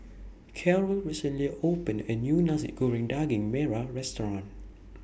Caryl recently opened A New Nasi Goreng Daging Merah Restaurant